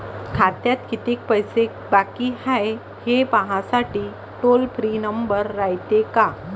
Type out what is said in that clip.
खात्यात कितीक पैसे बाकी हाय, हे पाहासाठी टोल फ्री नंबर रायते का?